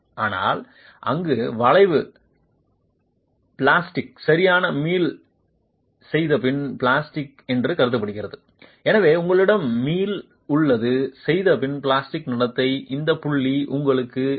ஆனால் அங்கு வளைவு பிளாஸ்டிக் சரியான மீள் செய்தபின் பிளாஸ்டிக் என்று கருதப்படுகிறது எனவே உங்களிடம் மீள் உள்ளது செய்தபின் பிளாஸ்டிக் நடத்தை இந்த புள்ளி உங்கள் எச்